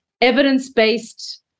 evidence-based